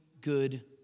good